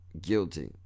guilty